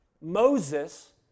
Moses